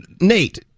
Nate